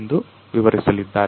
ಎಂದು ವಿವರಿಸಲಿದ್ದಾರೆ